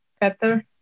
better